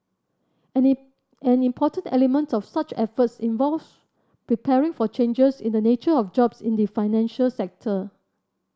an in an important element of such efforts involves preparing for changes in the nature of jobs in the financial sector